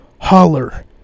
holler